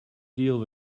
deal